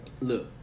Look